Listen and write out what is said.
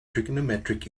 trigonometric